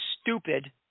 stupid